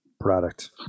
product